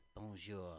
Bonjour